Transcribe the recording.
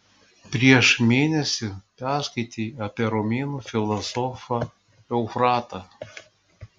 prieš mėnesį perskaitei apie romėnų filosofą eufratą